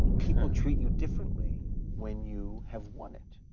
people treat you differently when you have won it.